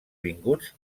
vinguts